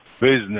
business